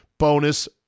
bonus